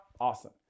awesome